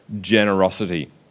generosity